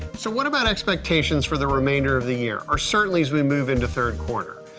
so what about expectations for the remainder of the year or certainly as we move into third quarter?